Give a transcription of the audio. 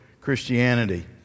Christianity